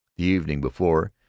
the evening before,